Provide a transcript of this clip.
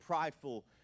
prideful